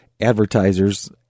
advertisers